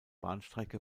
bahnstrecke